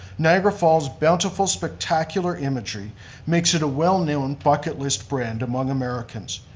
niagara falls' bountiful, spectacular imagery makes it a well-known bucket list brand among americans,